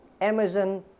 Amazon